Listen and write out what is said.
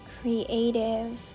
creative